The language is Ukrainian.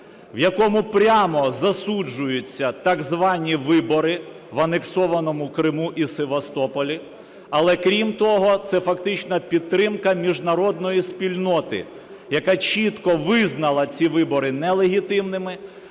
в якому прямо засуджуються так звані вибори в анексованому Криму і Севастополі. Але крім того, це фактична підтримка міжнародної спільноти, яка чітко визнала ці вибори нелегітимними,